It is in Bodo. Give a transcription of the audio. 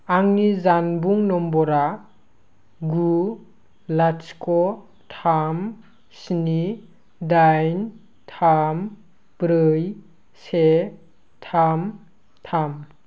आंनि जानबुं नमबरा गु लाथिख थाम स्नि दाइन थाम ब्रै से थाम थाम